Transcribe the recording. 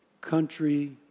country